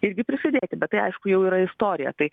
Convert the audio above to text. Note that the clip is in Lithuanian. irgi prisidėti bet tai aišku jau yra istorija tai